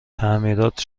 تعمیرات